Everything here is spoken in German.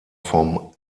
vom